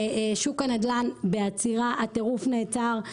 שוק הנדל"ן בעצירה, הטירוף נעצר.